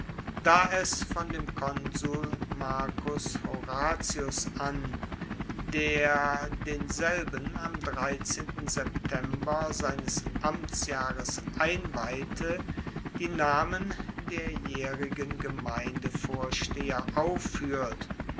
da es von dem konsul marcus horatius an der denselben am september seines amtsjahres einweihte die namen der jaehrigen gemeindevorsteher auffuehrt auch auf